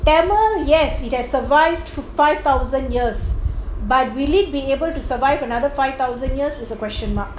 tamil yes it has survived for five thousand years but will it be able to survive another five thousand years is a question mark